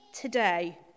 today